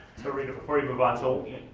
so rita before you move on, so,